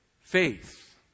faith